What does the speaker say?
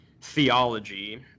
theology